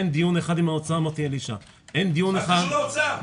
אין דיון אחד עם האוצר --- מה קשור האוצר?